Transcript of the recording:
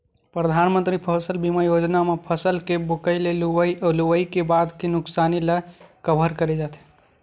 परधानमंतरी फसल बीमा योजना म फसल के बोवई ले लुवई अउ लुवई के बाद के नुकसानी ल कभर करे जाथे